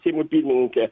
seimo pirmininkė